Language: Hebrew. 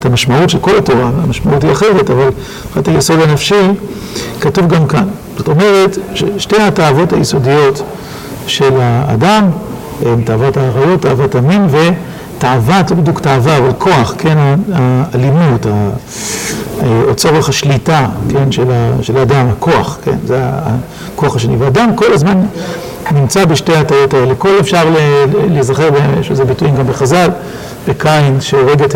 את המשמעות של כל התורה, המשמעות היא אחרת, אבל אחת היסוד הנפשי כתוב גם כאן. זאת אומרת ששתי התאבות היסודיות של האדם, הן תאבת העריות, תאבת המין, ותאבת, לא בדיוק תאבה, אבל כוח, כן, האלימות, או צורך השליטה, כן, של האדם, הכוח, כן. זה הכוח השני. ואדם כל הזמן נמצא בשתי התאבות האלה. כל אפשר להזכר שזה ביטויים גם בחז'ל, בקין, שעורגת...